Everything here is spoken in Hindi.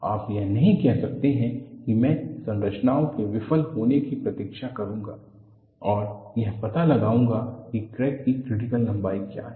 आप यह नहीं कह सकते हैं कि मैं संरचनाओं के विफल होने की प्रतीक्षा करूंगा और यह पता लगाऊंगा कि क्रैक की क्रिटिकल लंबाई क्या है